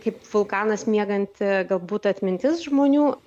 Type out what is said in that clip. kaip vulkanas mieganti galbūt atmintis žmonių